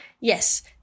yes